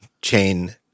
chain